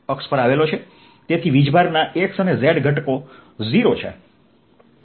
તેથી વીજભારના x અને z ઘટકો 0 છે